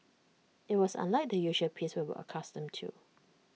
IT was unlike the usual peace we were accustomed to